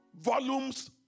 volumes